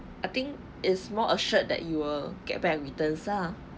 I think it's more assured that you will get bad returns ah